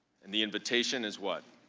and the invitation is what?